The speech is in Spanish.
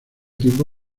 tiempo